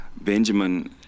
benjamin